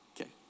Okay